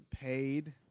paid